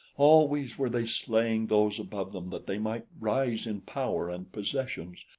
always were they slaying those above them that they might rise in power and possessions,